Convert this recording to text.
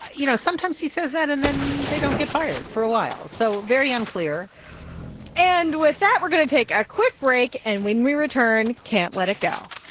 you know, sometimes he says that, and then they don't get fired for a while so very unclear and with that, we're going to take a quick break. and when we return, can't let it go